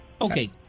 Okay